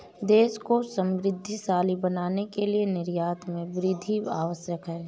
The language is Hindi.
देश को समृद्धशाली बनाने के लिए निर्यात में वृद्धि आवश्यक है